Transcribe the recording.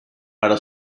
para